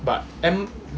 but M